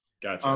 got um